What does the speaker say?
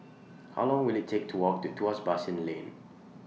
How Long Will IT Take to Walk to Tuas Basin Lane